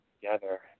together